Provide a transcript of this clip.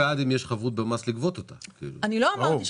אגב, אם יש חבות במס, אני בעד לגבות.